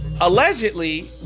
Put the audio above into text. Allegedly